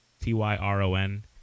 T-Y-R-O-N